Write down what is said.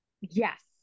Yes